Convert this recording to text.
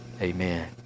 Amen